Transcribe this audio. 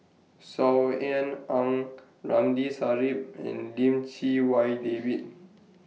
Saw Ean Ang Ramli Sarip and Lim Chee Wai David